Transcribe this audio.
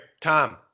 Tom